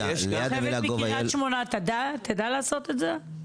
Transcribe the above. יוכבד מקריית שמונה, תדע לעשות את זה?